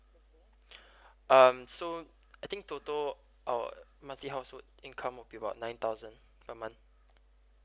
um so I think total our monthly household income will be about nine thousand per month